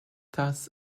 thus